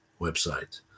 website